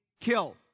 kill